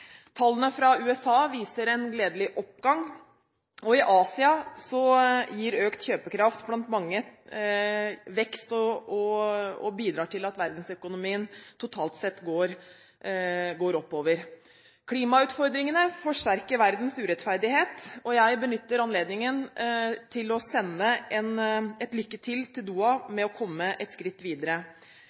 Tallene fra USA viser en gledelig oppgang, og i Asia gir økt kjøpekraft blant mange vekst og bidrar til at verdensøkonomien totalt sett går oppover. Klimautfordringene forsterker verdens urettferdighet, og jeg benytter anledningen til å sende et lykke til til Doha med å komme et skritt videre.